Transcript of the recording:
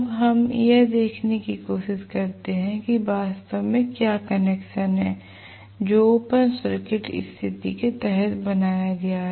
अब हम यह देखने की कोशिश करते हैं कि वास्तव में क्या कनेक्शन है जो ओपन सर्किट स्थिति के तहत बनाया गया है